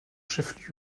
chef